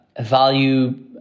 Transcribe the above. value